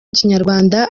kinyarwanda